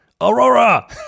Aurora